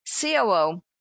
COO